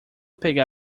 pegar